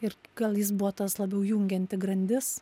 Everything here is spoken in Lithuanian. ir gal jis buvo tas labiau jungianti grandis